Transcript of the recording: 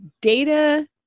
data